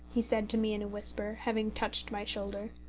he said to me in a whisper, having touched my shoulder.